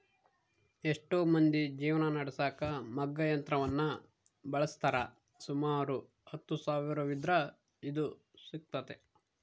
ಎಷ್ಟೊ ಮಂದಿ ಜೀವನ ನಡೆಸಕ ಮಗ್ಗ ಯಂತ್ರವನ್ನ ಬಳಸ್ತಾರ, ಸುಮಾರು ಹತ್ತು ಸಾವಿರವಿದ್ರ ಇದು ಸಿಗ್ತತೆ